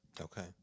Okay